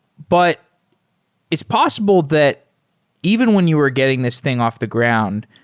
but it's possible that even when you are getting this thing off the ground,